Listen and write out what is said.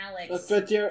Alex